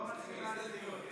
לא מצביעים על הסתייגויות.